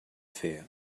fer